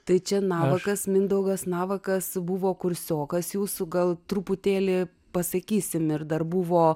tai čia navakas mindaugas navakas buvo kursiokas jūsų gal truputėlį pasakysim ir dar buvo